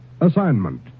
Assignment